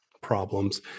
problems